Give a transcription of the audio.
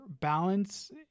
balance